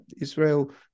israel